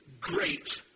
great